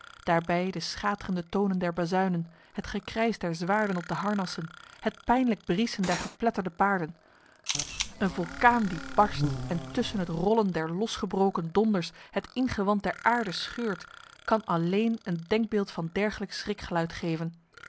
daarbij de schaterende tonen der bazuinen het gekrijs der zwaarden op de harnassen het pijnlijk briesen der gepletterde paarden een vulkaan die barst en tussen het rollen der losgebroken donders het ingewand der aarde scheurt kan alleen een denkbeeld van dergelijk schrikgeluid geven